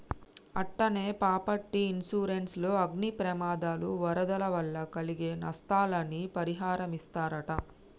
అట్టనే property insurance లో అగ్ని ప్రమాదాలు, వరదల వల్ల కలిగే నస్తాలని పరిహారమిస్తరట